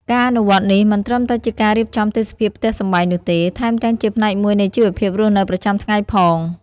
ការអនុវត្តនេះមិនត្រឹមតែជាការរៀបចំទេសភាពផ្ទះសម្បែងនោះទេ ថែមទាំងជាផ្នែកមួយនៃជីវភាពរស់នៅប្រចាំថ្ងៃផង។